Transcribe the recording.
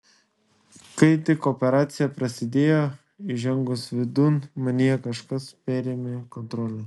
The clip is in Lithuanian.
kai tik operacija prasidėjo įžengus vidun manyje kažkas perėmė kontrolę